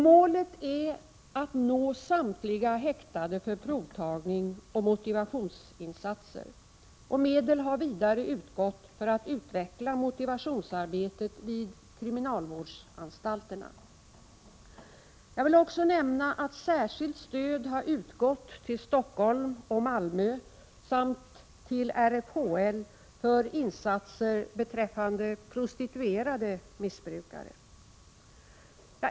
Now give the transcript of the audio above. Målet är att nå samtliga häktade för provtagning och motivationsinsatser. Medel har vidare utgått för att utveckla motivationsarbetet vid kriminalvårdsanstalterna. Jag vill också nämna att särskilt stöd har utgått till Stockholm och Malmö samt till RFHL för insatser beträffande prostituerade missbrukare.